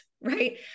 right